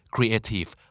Creative